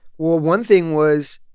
well, one thing was,